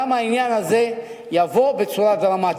גם העניין הזה יבוא בצורה דרמטית.